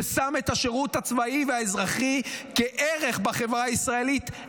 ששם את השירות הצבאי והאזרחי כערך בחברה הישראלית,